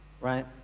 right